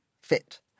fit